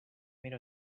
made